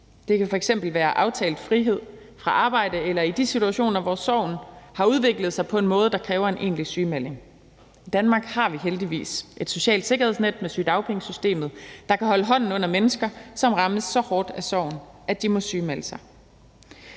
Det kan f.eks. være aftalt frihed fra arbejde eller i de situationer, hvor sorgen har udviklet sig på en måde, der kræver en egentlig sygemelding. I Danmark har vi heldigvis et socialt sikkerhedsnet med sygedagpengesystemet, der kan holde hånden under mennesker, som rammes så hårdt af sorgen, at de må sygemelde sig.